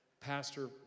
Pastor